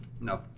No